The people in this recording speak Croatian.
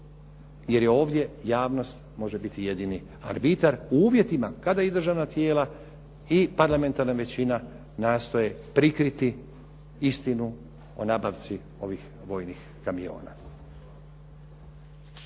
jer ovdje javnost može biti jedini arbitar u uvjetima kada i državna tijela i parlamentarna većina nastoje prikriti istinu o nabavci ovih vojnih kamiona.